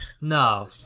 no